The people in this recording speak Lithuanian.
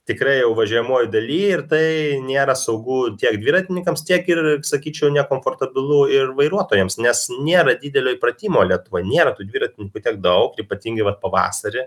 tikrai jau važiuojamojoj daly ir tai nėra saugu tiek dviratininkams tiek ir sakyčiau nekomfortabilu ir vairuotojams nes nėra didelio įpratimo lietuvoj nėra tų dviratininkų tiek daug ypatingai vat pavasarį